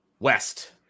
West